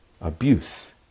abuse